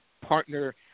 partner